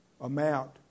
amount